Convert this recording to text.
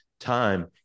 time